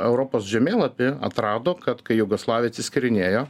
europos žemėlapį atrado kad kai jugoslavija atsiskyrinėjo